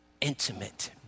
intimate